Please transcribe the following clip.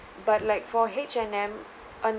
but like for H&M